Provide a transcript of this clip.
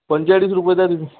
पंचेचाळीस रुपये द्या तुम्ही